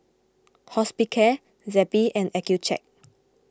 Hospicare Zappy and Accucheck